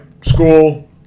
school